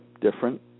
different